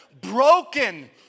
broken